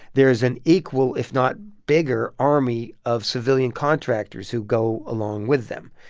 there is an equal if not bigger army of civilian contractors who go along with them.